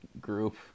group